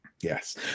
Yes